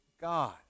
God